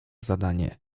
zadanie